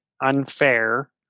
unfair